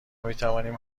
میتوانیم